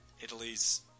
italy's